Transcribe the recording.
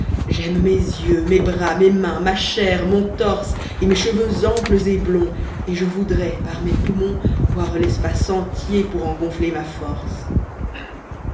j'aime mes yeux mes bras mes mains ma chair mon torse et mes cheveux amples et blonds et je voudrais par mes poumons boire l'espace entier pour en gonfler ma force